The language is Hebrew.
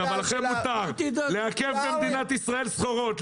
אבל לכם מותר לעכב במדינת ישראל סחורות,